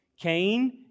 Cain